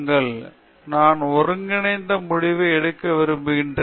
ஆஷா க்ரான்ட்டி நான் ஒன்றிணைக்க முடியும் என்று நினைக்கிறேன்